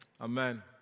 Amen